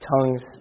tongues